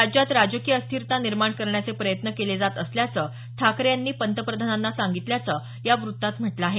राज्यात राजकीय अस्थिरता निर्माण करण्याचे प्रयत्न केले जात असल्याचं ठाकरे यांनी पंतप्रधानांना सांगितल्याचं या वृत्तात म्हटलं आहे